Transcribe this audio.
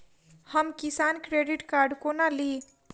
हम किसान credit card कोना ली?